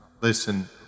Listen